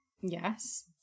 Yes